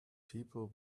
people